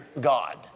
God